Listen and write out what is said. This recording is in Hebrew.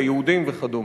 ליהודים וכדומה.